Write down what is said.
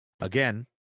again